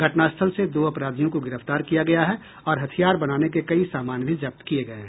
घटनास्थल से दो अपराधियों को गिरफ्तार किया गया है और हथियार बनाने के कई सामान भी जब्त किये गये हैं